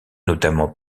notamment